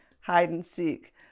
hide-and-seek